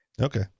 Okay